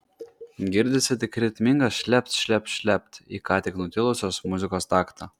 girdisi tik ritmingas šlept šlept šlept į ką tik nutilusios muzikos taktą